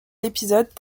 l’épisode